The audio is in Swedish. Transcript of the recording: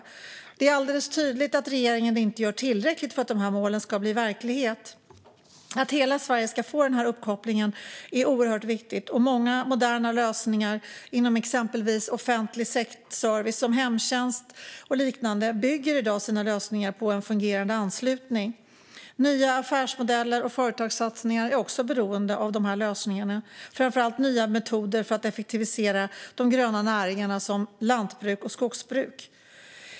Det är dock alldeles tydligt att regeringen inte gör tillräckligt för att dessa mål ska bli verklighet. Att hela Sverige ska få den här uppkopplingen är oerhört viktigt. Många moderna lösningar inom exempelvis offentlig service, såsom hemtjänst och liknande, bygger i dag på en fungerande anslutning. Nya affärsmodeller och företagssatsningar är också beroende av dessa lösningar, framför allt nya metoder för att effektivisera de gröna näringarna, som lantbruk och skogsbruk.